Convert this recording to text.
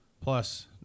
Plus